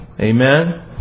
Amen